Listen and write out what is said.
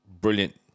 brilliant